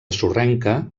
sorrenca